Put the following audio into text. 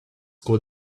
called